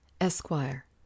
ESQUIRE